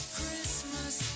Christmas